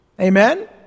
Amen